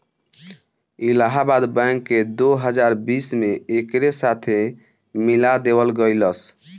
Allahabad bank के दो हजार बीस में एकरे साथे मिला देवल गईलस